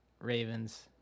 Ravens